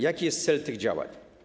Jaki jest cel tych działań?